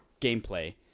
gameplay